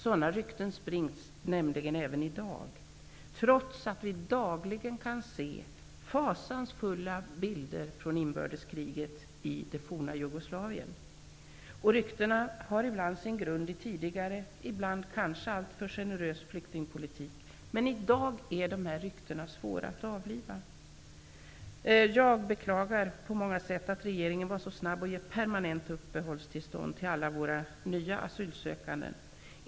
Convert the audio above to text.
Sådana rykten sprids nämligen även i dag, trots att vi dagligen kan se fasansfulla bilder från inbördeskriget i det forna Jugoslavien. Ryktena har ibland sin grund i en tidigare, ibland kanske alltför generös, flyktingpolitik, men i dag är de här ryktena svåra att avliva. Jag beklagar på många sätt att regeringen var så snabb att ge permanent uppehållstillstånd till alla våra nya asylsökande.